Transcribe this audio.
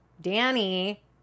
Danny